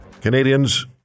Canadians